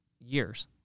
years